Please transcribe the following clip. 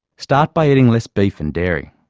start by eating less beef and dairy,